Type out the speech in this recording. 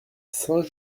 saint